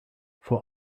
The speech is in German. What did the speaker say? vor